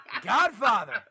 Godfather